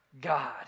God